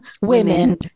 women